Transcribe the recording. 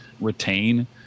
retain